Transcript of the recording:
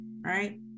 right